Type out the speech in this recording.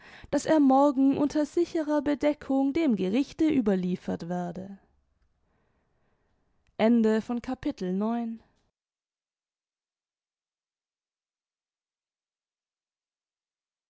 daß er morgen unter sicherer bedeckung dem gerichte überliefert werde